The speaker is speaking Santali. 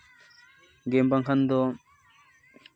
ᱜᱮᱢ ᱵᱟᱝᱠᱷᱟᱱ ᱫᱚ